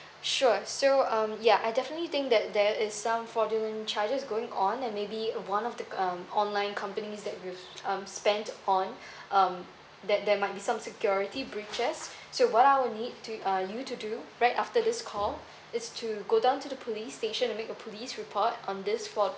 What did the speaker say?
sure so um yeah I definitely think that there is some fraudulent charges going on and maybe one of the um online companies that you've um spent on um that there might be some security breaches so what I'll need to uh you to do right after this call is to go down to the police station and make a police report on this for